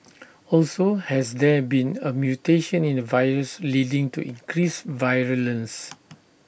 also has there been A mutation in the virus leading to increased virulence